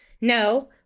No